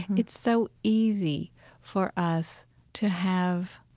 it's so easy for us to have,